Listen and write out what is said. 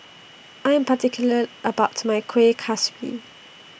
I Am particular about My Kuih Kaswi